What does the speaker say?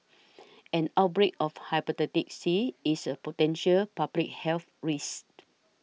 an outbreak of Hepatitis C is a potential public health risk